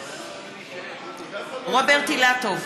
בעד רוברט אילטוב,